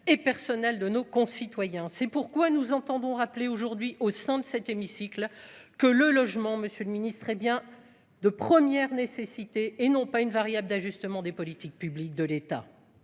et personnel de nos concitoyens, c'est pourquoi nous entendons rappeler aujourd'hui, au sein de cet hémicycle que le logement, monsieur le ministre, hé bien de première nécessité et non pas une variable d'ajustement des politiques publiques de l'État,